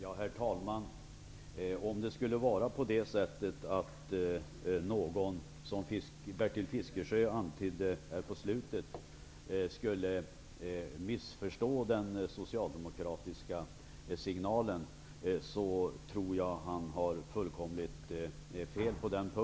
Herr talman! Om det skulle vara så som Bertil Fiskesjö antydde här på slutet att någon skulle missförstå den socialdemokratiska signalen, så tar vederbörande fullkomligt fel.